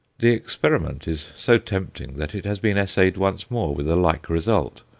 the experiment is so tempting that it has been essayed once more, with a like result.